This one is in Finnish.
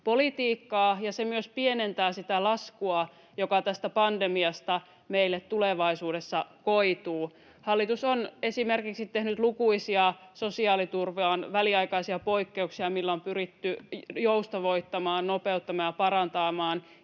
politiikkaa ja se myös pienentää sitä laskua, joka tästä pandemiasta meille tulevaisuudessa koituu. Hallitus on esimerkiksi tehnyt sosiaaliturvaan lukuisia väliaikaisia poikkeuksia, millä on pyritty joustavoittamaan, nopeuttamaan ja parantamaan